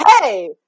hey